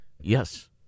Yes